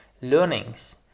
Learnings